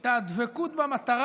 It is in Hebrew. את הדבקות במטרה.